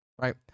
right